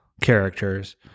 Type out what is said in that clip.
characters